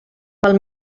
pel